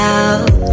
out